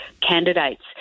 candidates